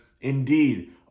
indeed